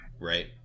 right